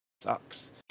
sucks